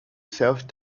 self